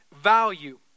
value